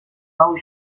nou